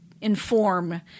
inform